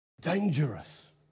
Dangerous